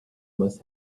must